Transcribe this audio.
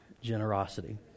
generosity